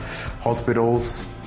hospitals